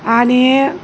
आणि